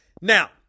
Now